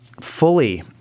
fully